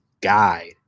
guide